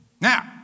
Now